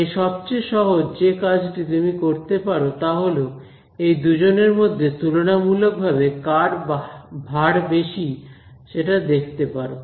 তাই সবচেয়ে সহজ যে কাজটি তুমি করতে পারো তাহল এই দুজনের মধ্যে তুলনামূলক ভাবে কার ভার বেশি সেটা দেখতে পারো